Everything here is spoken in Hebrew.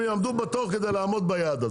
שהם יעמדו בתור כדי לעמוד ביעד הזה.